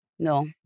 no